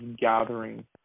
gathering